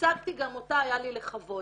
ייצגתי גם אותה, היה לי לכבוד.